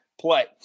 play